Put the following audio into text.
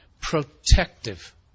protective